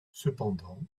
cependant